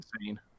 insane